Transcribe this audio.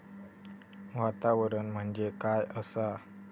वातावरण म्हणजे काय असा?